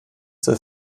soll